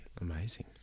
Amazing